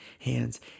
hands